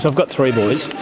ah got three boys